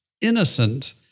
innocent